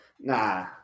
Nah